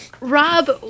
Rob